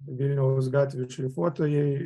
vilniaus gatvių šlifuotojai